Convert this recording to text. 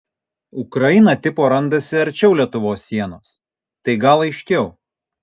ukraina tipo randasi arčiau lietuvos sienos tai gal aiškiau